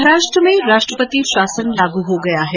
महाराष्ट्र में राष्ट्रपति शासन लागू हो गया है